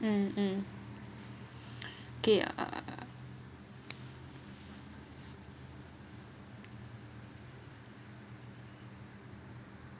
mm mm okay err